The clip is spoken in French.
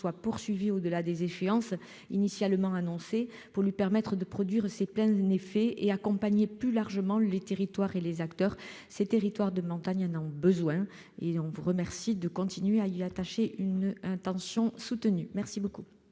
soit poursuivi au-delà des échéances, initialement annoncé pour lui permettre de produire ses plein un effet et, plus largement, les territoires et les acteurs, ces territoires de montagne en ont besoin et on vous remercie de continuer à y attacher une intention soutenu merci beaucoup.